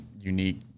unique